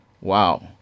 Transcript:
Wow